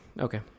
okay